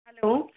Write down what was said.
hello